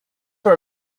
for